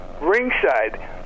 ringside